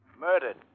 Murdered